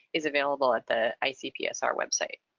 is available at the icpsr website.